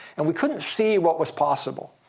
and we couldn't see what was possible.